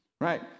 right